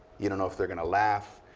you don't know if they're going to laugh.